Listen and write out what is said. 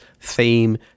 theme